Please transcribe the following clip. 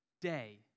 day